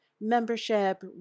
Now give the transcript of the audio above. membership